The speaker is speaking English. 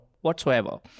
whatsoever